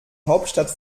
hauptstadt